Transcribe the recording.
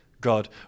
God